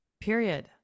Period